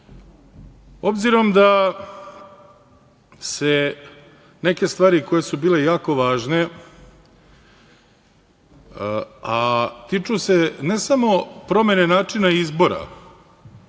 drugi. Obzirom da se neke stvari koje su bile jako važne a tiču se ne samo promene načina izbora